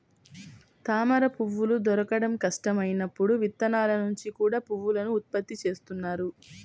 తామరపువ్వులు దొరకడం కష్టం అయినప్పుడు విత్తనాల నుంచి కూడా పువ్వులను ఉత్పత్తి చేస్తున్నారు